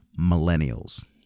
Millennials